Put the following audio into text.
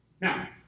Now